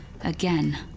again